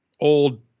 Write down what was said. old